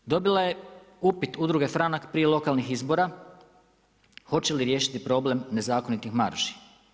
HDZ dobila je upit Udruge Franak prije lokalnih izbora hoće li riješiti problem nezakonitih marži.